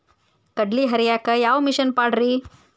ಕಡ್ಲಿ ಹರಿಯಾಕ ಯಾವ ಮಿಷನ್ ಪಾಡ್ರೇ?